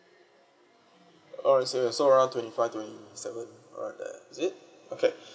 alright so you are around twenty five twenty seven around there is it okay